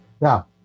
Now